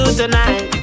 tonight